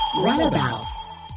Runabouts